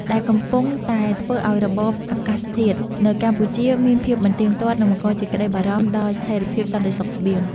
ដែលកំពុងតែធ្វើឱ្យរបបអាកាសធាតុនៅកម្ពុជាមានភាពមិនទៀងទាត់ និងបង្កជាក្តីបារម្ភដល់ស្ថិរភាពសន្តិសុខស្បៀង។